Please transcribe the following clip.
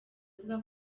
avuga